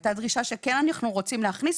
הייתה דרישה שכן אנחנו רוצים להכניס,